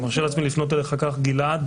אני מרשה לעצמי לפנות אליך ולומר גלעד.